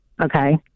Okay